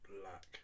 Black